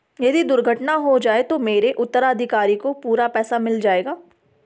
यदि दुर्घटना हो जाये तो मेरे उत्तराधिकारी को पूरा पैसा मिल जाएगा?